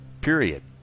period